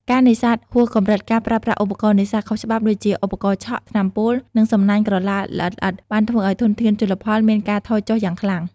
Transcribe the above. ការនេសាទហួសកម្រិត ការប្រើប្រាស់ឧបករណ៍នេសាទខុសច្បាប់ដូចជា ឧបករណ៍ឆក់ ថ្នាំពុល និងសំណាញ់ក្រឡាល្អិតៗ បានធ្វើឲ្យធនធានជលផលមានការថយចុះយ៉ាងខ្លាំង។